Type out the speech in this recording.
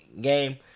game